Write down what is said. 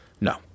No